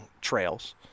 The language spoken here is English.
trails